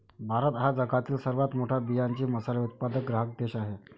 भारत हा जगातील सर्वात मोठा बियांचे मसाले उत्पादक ग्राहक देश आहे